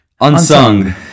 Unsung